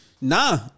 Nah